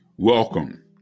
Welcome